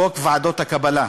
חוק ועדות הקבלה,